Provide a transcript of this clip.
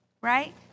right